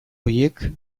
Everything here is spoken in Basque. horiek